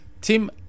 Tim